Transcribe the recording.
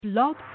Blog